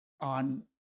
on